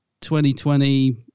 2020